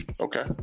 Okay